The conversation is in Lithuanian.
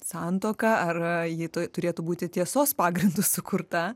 santuoką ar ji tuoj turėtų būti tiesos pagrindu sukurta